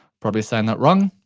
probably saying that wrong,